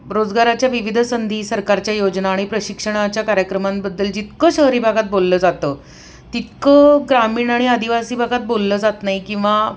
रोजगाराच्या विविध संधी सरकारच्या योजना आणि प्रशिक्षणाच्या कार्यक्रमांबद्दल जितकं शहरी भागात बोललं जातं तितकं ग्रामीण आणि आदिवासी भागात बोललं जात नाही किंवा